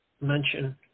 mention